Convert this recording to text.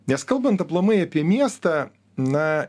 nes kalbant aplamai apie miestą na